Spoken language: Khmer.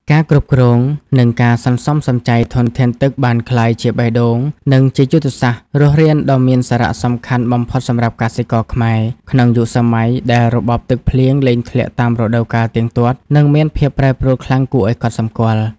ការគ្រប់គ្រង និងការសន្សំសំចៃធនធានទឹកបានក្លាយជាបេះដូង និងជាយុទ្ធសាស្ត្ររស់រានដ៏មានសារៈសំខាន់បំផុតសម្រាប់កសិករខ្មែរ ក្នុងយុគសម័យដែលរបបទឹកភ្លៀងលែងធ្លាក់តាមរដូវកាលទៀងទាត់ និងមានភាពប្រែប្រួលខ្លាំងគួរឱ្យកត់សម្គាល់។